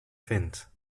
vindt